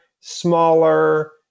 smaller